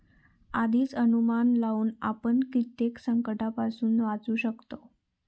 आधीच अनुमान लावुन आपण कित्येक संकंटांपासून वाचू शकतव